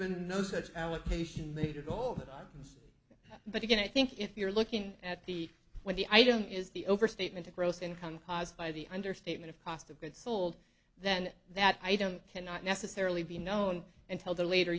been no such allocation major goal but again i think if you're looking at the when the item is the overstatement of gross income caused by the understatement of cost of goods sold then that item cannot necessarily be known until the later